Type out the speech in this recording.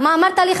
מה אמרת לי,